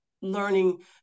learning